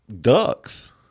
ducks